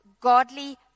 godly